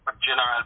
general